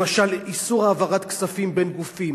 למשל, איסור העברת כספים בין גופים.